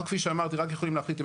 אנחנו כפי שאמרתי רק יכולים להחליט אם